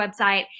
website